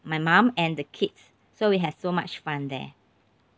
my mum and the kids so we had so much fun there